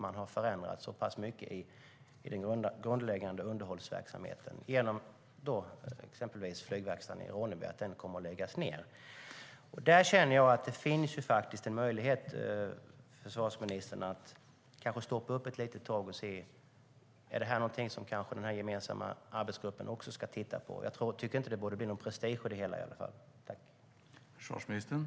Man har förändrat så pass mycket i den grundläggande underhållsverksamheten genom att man exempelvis kommer att lägga ned flygverkstaden i Ronneby. Jag känner att det finns en möjlighet, försvarsministern, att stoppa upp ett litet tag och se om detta är någonting som den gemensamma arbetsgruppen kanske också ska titta på. Jag tycker i alla fall inte att det borde bli någon prestige i det hela.